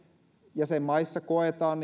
jäsenmaissa koetaan